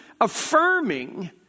affirming